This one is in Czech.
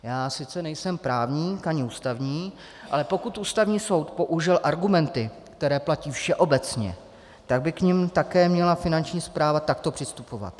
Já sice nejsem právník, ani ústavní, ale pokud Ústavní soud použil argumenty, které platí všeobecně, tak by k nim také měla Finanční správa takto přistupovat.